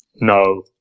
No